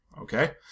Okay